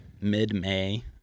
Mid-May